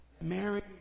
Mary